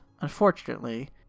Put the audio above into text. unfortunately